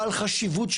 בעל חשיבות.